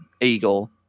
eagle